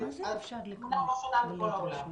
מה שקורה בכל העולם.